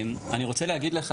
אני מלשכת המסחר.